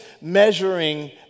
measuring